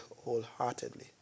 wholeheartedly